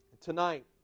Tonight